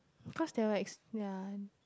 cause they likes ya